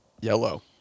Yellow